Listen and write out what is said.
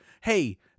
hey